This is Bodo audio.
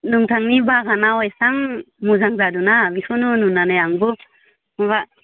नोंथांनि बागानाव एसां मोजां जादोना बेखौनो नुनानै आंबो माबा